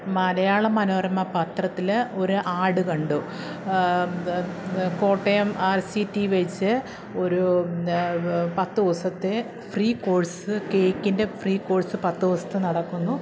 മലയാള മനോരമ പത്രത്തിൽ ഒരു ആഡ് കണ്ടു കോട്ടയം ആർ സി റ്റി വെച്ച് ഒരു പത്തു ദിവസത്തെ ഫ്രീ കോഴ്സ് കേക്കിൻ്റെ ഫ്രീ കോഴ്സ് പത്തു ദിവസത്തെ നടക്കുന്നു